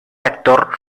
actor